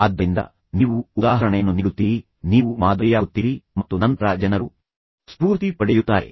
ಆದ್ದರಿಂದ ನೀವು ಉದಾಹರಣೆಯನ್ನು ನೀಡುತ್ತೀರಿ ನೀವು ಮಾದರಿಯಾಗುತ್ತೀರಿ ಮತ್ತು ನಂತರ ಜನರು ಸ್ಫೂರ್ತಿ ಪಡೆಯುತ್ತಾರೆ